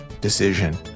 decision